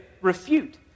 refute